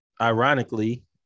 Ironically